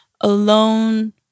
alone